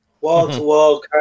wall-to-wall